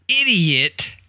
idiot